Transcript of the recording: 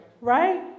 right